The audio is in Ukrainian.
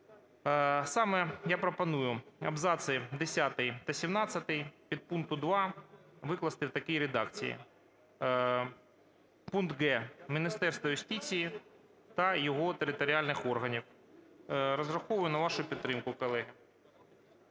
Саме я пропоную абзаци десятий та сімнадцятий підпункту 2 викласти у такій редакції: пункт ґ) "Міністерства юстиції та його територіальних органів". Розраховую на вашу підтримку, колеги.